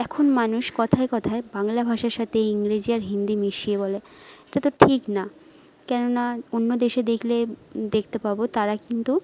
এখন মানুষ কথায় কথায় বাংলা ভাষার সাথে ইংরেজি আর হিন্দি মিশিয়ে বলে এটা তো ঠিক না কেননা অন্য দেশে দেখলে দেখতে পাব তারা কিন্তু